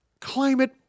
climate